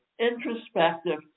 introspective